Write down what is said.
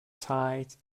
tight